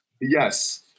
Yes